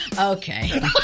Okay